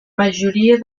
majoria